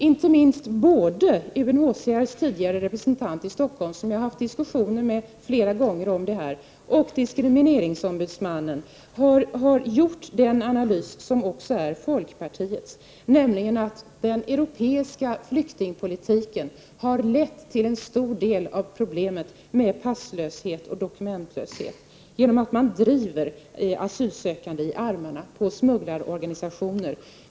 Inte minst både UNHCR:s tidigare representant i Stockholm, som jag har haft diskussioner med flera gånger om detta, och diskrimineringsombudsmannen har gjort den analys som också är folkpartiets, nämligen att den europeiska flyktingpolitiken har lett till en stor del av problemet med passlöshet och dokumentlöshet genom att man driver asylsökande i armarna på smugglarorganisationer.